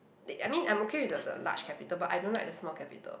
that I mean I'm okay with the the large capital but I don't like the small capital